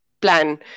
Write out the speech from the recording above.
plan